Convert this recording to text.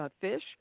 fish